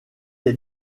est